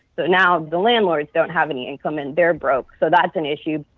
but now the landlords don't have any income, and they're broke. so that's an issue.